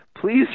please